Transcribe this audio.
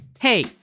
Hey